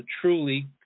truly